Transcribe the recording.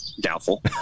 Doubtful